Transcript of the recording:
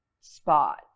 spot